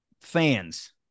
fans